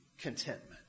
contentment